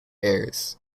airs